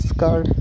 card